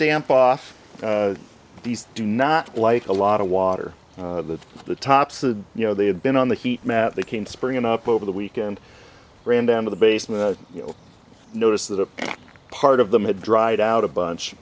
damp off these do not like a lot of water to the tops and you know they had been on the heat mat they came springing up over the weekend ran down to the basement i noticed that a part of them had dried out a bunch